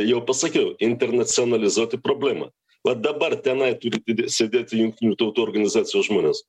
jau pasakiau internacionalizuoti problemą na dabar tenai turi sėdėti jungtinių tautų organizacijos žmonės